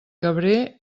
cabré